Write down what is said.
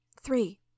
Three